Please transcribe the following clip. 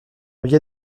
billet